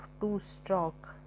two-stroke